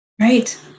right